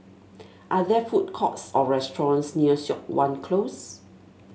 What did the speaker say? are there food courts or restaurants near Siok Wan Close